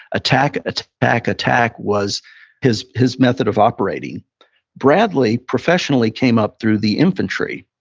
attack, attack, attack was his his method of operating bradley professionally came up through the infantry.